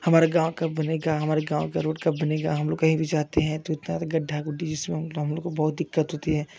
हमारे गाँव कब बनेगा हमारे गाँव का रोड कब बनेगा हम लोग कहीं भी जाते हैं तो इतना गढ्ढा गुढ्ढ़ी को बहुत दिक्कत होती है